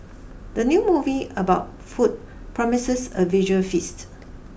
the new movie about food promises a visual feast